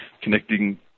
connecting